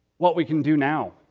what we can do now.